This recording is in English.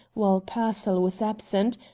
while pearsall was absent,